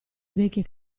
vecchie